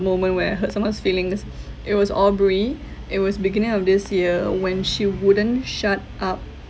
moment where I hurt someone's feelings it was aubrey it was beginning of this year when she wouldn't shut up